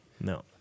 No